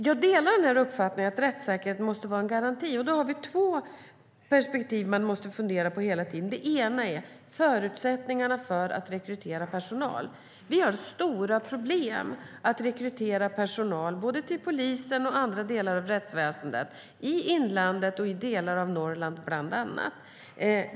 Jag delar uppfattningen att rättssäkerheten måste kunna garanteras, och då har vi två perspektiv som vi hela tiden måste fundera på. Det ena är förutsättningarna för att rekrytera personal. Vi har stora problem att rekrytera personal både till polisen och till andra delar av rättsväsendet, bland annat i delar av Norrland och i inlandet.